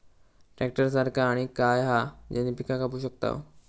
Tractor सारखा आणि काय हा ज्याने पीका कापू शकताव?